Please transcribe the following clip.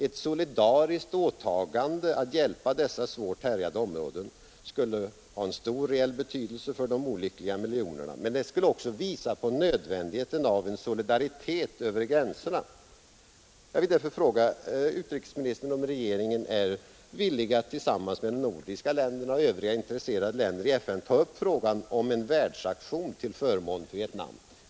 Ett solidariskt åtagande att hjälpa dessa svårt härjade områden skulle ha en stor reell betydelse för de olyckliga miljonerna, men det skulle också visa på nödvändigheten av en solidaritet över gränserna. Jag vill därför fråga utrikesministern om regeringen är villig att tillsammans med de nordiska länderna och övriga intresserade länder i FN ta upp frågan om en världsaktion till förmån för Vietnam.